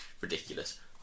ridiculous